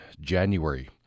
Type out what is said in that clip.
January